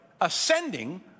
Ascending